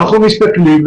אנחנו מסתכלים.